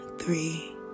three